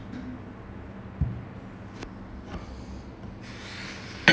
mm okay have you seen this T_V show called lock and key